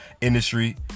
industry